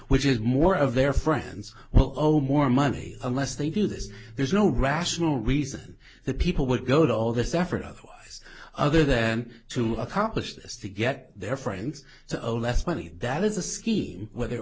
which is more of their friends will all more money unless they do this there's no rational reason that people would go to all this effort of this other than to accomplish this to get their friends so a less money that is a scheme whether it